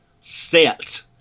set